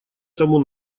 тому